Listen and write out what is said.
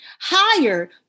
higher